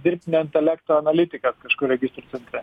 dirbtinio intelekto analitikas kažkur registrų centre